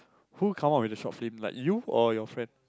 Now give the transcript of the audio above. who come out with the short film like you or your friend